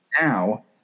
Now